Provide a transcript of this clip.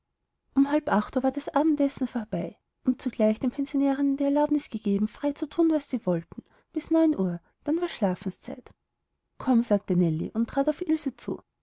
um halb acht uhr war das abendessen vorbei und zugleich den pensionärinnen die erlaubnis gegeben frei zu thun was sie wollten bis neun uhr dann war schlafenszeit komm sagte nellie und trat auf ilse zu